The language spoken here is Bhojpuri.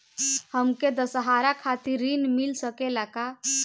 हमके दशहारा खातिर ऋण मिल सकेला का?